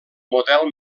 model